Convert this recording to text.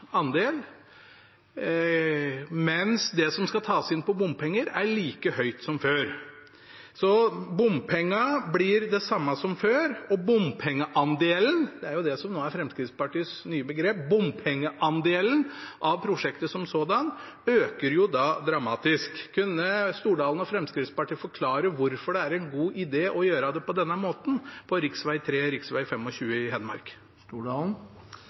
andel, mens det som skal tas inn på bompenger, er like høyt som før. Bompengene blir de samme som før, og bompengeandelen – som nå er Fremskrittspartiets nye begrep – av prosjektet som sådant øker dramatisk. Kunne Stordalen og Fremskrittspartiet forklare hvorfor det er en god idé å gjøre det på denne måten på rv. 3 og rv. 25 i Hedmark?